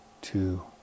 two